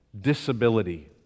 disability